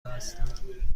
هستم